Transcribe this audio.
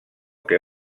que